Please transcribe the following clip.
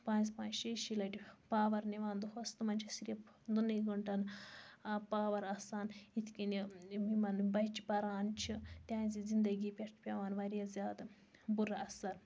پانٛژِ پانٛژِ شےٚ شےٚ لَٹہٕ پاور نِوان دۄہَس تِمَن چھ صرف دۄنے گنٹَن پاوَر آسان یِتھ کنہِ یِمَن بَچہٕ پَران چھِ تہنٛزِ زِندگی پیٚٹھ چھُ پیٚوان واریاہ زیادٕ بُرٕ اَثَر